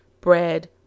bread